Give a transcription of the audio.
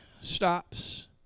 stops